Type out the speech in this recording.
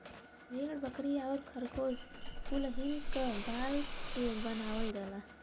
भेड़ बकरी आउर खरगोस कुलहीन क बाल से बनावल जाला